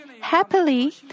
Happily